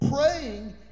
Praying